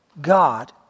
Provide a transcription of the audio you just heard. God